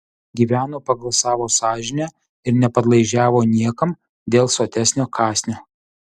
gyveno pagal savo sąžinę ir nepadlaižiavo niekam dėl sotesnio kąsnio